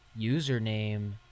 username